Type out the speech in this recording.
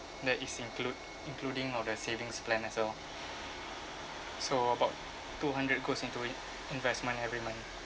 that is include including of the savings plan as well so about two hundred goes into investment every month